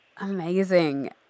Amazing